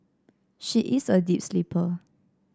she is a deep sleeper